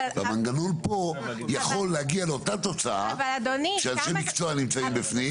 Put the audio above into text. המנגנון פה יכול להגיע לאותה תוצאה שאנשי מקצוע נמצאים בפנים,